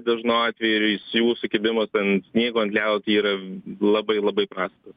dažnu atveju ir jis jų sukibimas ant sniego ant ledo tai yra labai labai prastas